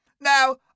Now